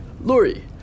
Lori